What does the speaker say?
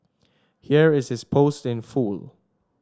here is his post in full